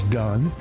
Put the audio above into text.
done